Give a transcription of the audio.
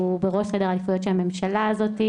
הוא בראש סדר העדיפויות של הממשלה הזאת.